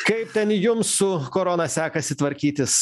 kaip ten jum su korona sekasi tvarkytis